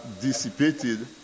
dissipated